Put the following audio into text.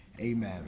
Amen